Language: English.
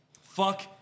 Fuck